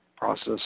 process